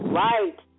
right